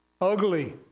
Ugly